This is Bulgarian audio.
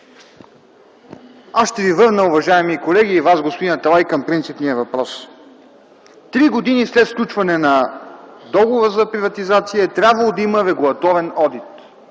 Аз ще ви върна, уважаеми колеги, и Вас, господин Аталай, към принципния въпрос. Три години след сключване на договора за приватизация е трябвало да има регулаторен одит.